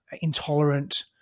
intolerant